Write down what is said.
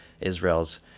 Israel's